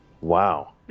wow